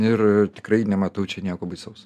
ir ir tikrai nematau čia nieko baisaus